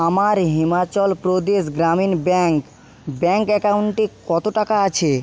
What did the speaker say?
আমার Himachal Pradesh Gramin bank bank অ্যাকাউন্টে কতো টাকা আছে